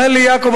אומר לי: יעקב,